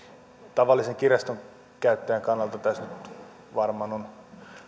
tavallisen kirjastonkäyttäjän kannalta tässä on nyt varmaan